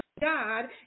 God